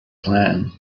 plan